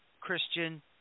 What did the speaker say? Christian